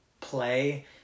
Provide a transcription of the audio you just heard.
play